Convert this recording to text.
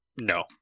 No